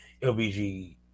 LBG